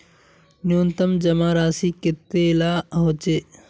न्यूनतम जमा राशि कतेला होचे?